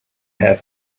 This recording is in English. have